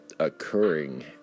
Occurring